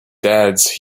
dad’s